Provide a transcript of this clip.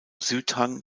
südhang